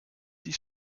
dies